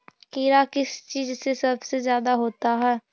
कीड़ा किस चीज से सबसे ज्यादा होता है?